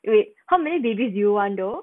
wait how many babies do you want though